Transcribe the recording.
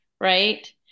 right